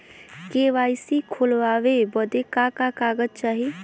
KYC खोलवावे बदे का का कागज चाही?